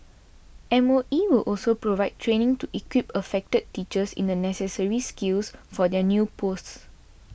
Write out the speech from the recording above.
M O E will also provide training to equip affected teachers in the necessary skills for their new posts